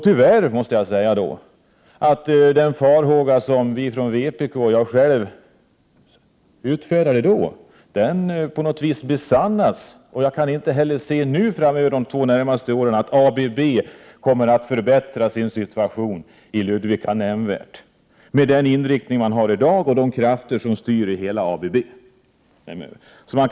Tyvärr har de farhågor som vi i vpk gav uttryck för besannats. Jag kan inte heller se att ABB inom de två närmaste åren nämnvärt kommer att förbättra situationen i Ludvika med den inriktning som ABB har i dag och med tanke på de krafter som styr ABB.